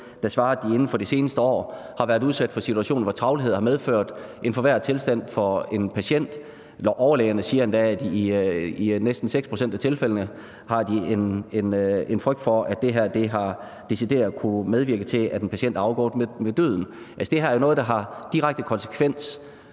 der svarer, at de inden for det seneste år har været udsat for en situation, hvor travlhed har medført en forværret tilstand for en patient, eller overlægerne siger endda, at de i næsten 6 pct. af tilfældene har en frygt for, at det her decideret har kunnet medvirke til, at en patient er afgået ved døden. Altså, det her er jo noget, der har en direkte konsekvens